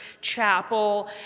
chapel